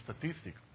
statistics